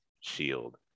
shield